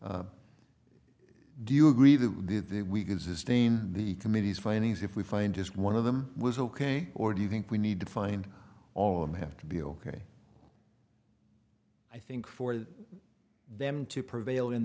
e do you agree that did they we can sustain the committee's findings if we find just one of them was ok or do you think we need to find all and they have to be ok i think for them to prevail in